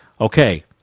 Okay